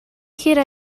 gira